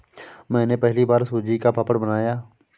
मैंने पहली बार सूजी का पापड़ बनाया